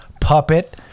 puppet